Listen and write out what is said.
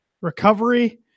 recovery